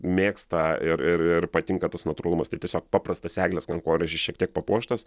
mėgsta ir ir ir patinka tas natūralumas tai tiesiog paprastas eglės kankorėžis šiek tiek papuoštas